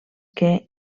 que